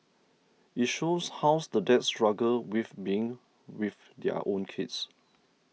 it shows how the dads struggle with being with their own kids